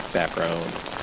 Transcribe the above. background